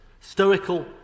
stoical